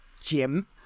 Jim